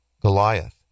Goliath